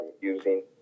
using